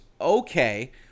okay